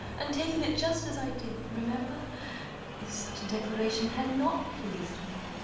and taken it just as i did remember if such a declaration had not pleased me,